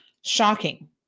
Shocking